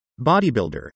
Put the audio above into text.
Bodybuilder